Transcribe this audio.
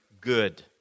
good